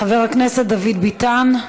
חבר הכנסת דוד ביטן.